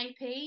IP